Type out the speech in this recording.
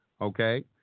okay